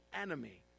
enemy